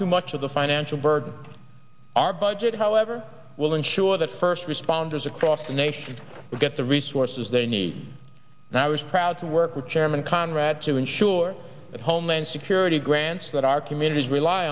too much of the financial burden our budget however will ensure that first responders across the nation will get the resources they need and i was proud to work with chairman conrad to ensure that homeland security grants that our communities rely